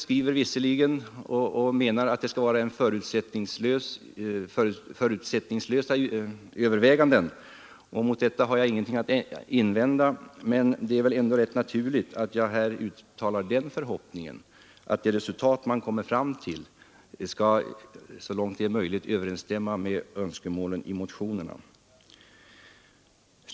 Utskottet skriver att det skall vara förutsättningslösa överväganden. Mot detta har jag ingenting att invända, men det är väl ändå rätt naturligt att jag här uttalar förhoppningen, att de resultat man kommer fram till skall så långt det är möjligt överensstämma med önskemålen i motionerna.